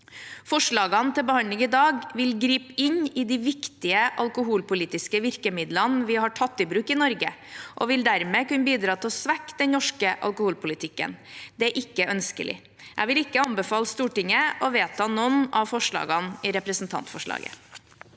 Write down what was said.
Forslagene vi har til behandling i dag, vil gripe inn i de viktige alkoholpolitiske virkemidlene vi har tatt i bruk i Norge, og vil dermed kunne bidra til å svekke den norske alkoholpolitikken. Det er ikke ønskelig. Jeg vil ikke anbefale Stortinget å vedta noen av forslagene i representantforslaget.